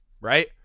right